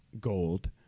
Gold